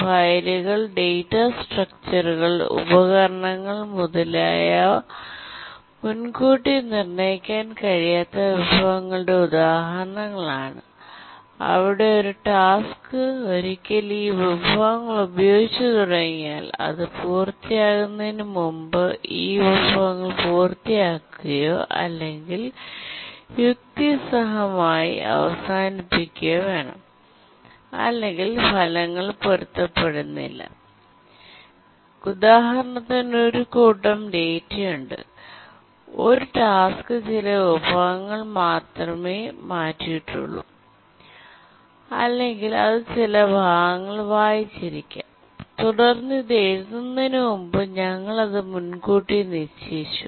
ഫയലുകൾ ഡാറ്റാ സ്ട്രക്ചറുകൾ ഉപകരണങ്ങൾ മുതലായവ മുൻകൂട്ടി നിർണ്ണയിക്കാൻ കഴിയാത്ത വിഭവങ്ങളുടെ ഉദാഹരണങ്ങളാണ് അവിടെ ഒരു ടാസ്ക് ഒരിക്കൽ ഈ വിഭവങ്ങൾ ഉപയോഗിച്ചുതുടങ്ങിയാൽ അത് പൂർത്തിയാക്കുന്നതിന് മുമ്പ് ഈ വിഭവങ്ങൾ പൂർത്തിയാക്കുകയോ അല്ലെങ്കിൽ യുക്തിസഹമായി അവസാനിക്കുകയോ വേണം അല്ലെങ്കിൽ ഫലങ്ങൾ പൊരുത്തപ്പെടുന്നില്ല ഉദാഹരണത്തിന് ഒരു കൂട്ടം ഡാറ്റയുണ്ട് ഒരു ടാസ്ക് ചില ഭാഗങ്ങൾ മാത്രമേ മാറ്റിയിട്ടുള്ളൂ അല്ലെങ്കിൽ അത് ചില ഭാഗങ്ങൾ വായിച്ചിരിക്കാം തുടർന്ന് ഇത് എഴുതുന്നതിനുമുമ്പ് ഞങ്ങൾ അത് മുൻകൂട്ടി നിശ്ചയിച്ചു